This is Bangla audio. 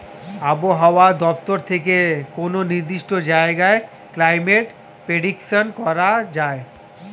আবহাওয়া দপ্তর থেকে কোনো নির্দিষ্ট জায়গার ক্লাইমেট প্রেডিকশন করা যায়